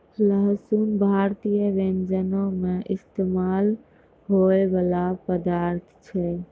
लहसुन भारतीय व्यंजनो मे इस्तेमाल होय बाला पदार्थ छै